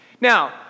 Now